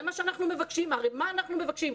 זה מה שאנחנו מבקשים, הרי מה אנחנו מבקשים?